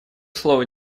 слово